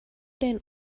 den